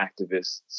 activists